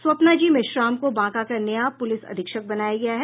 स्वप्ना जी मेश्राम को बांका का नया पुलिस अधीक्षक बनाया गया है